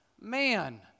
man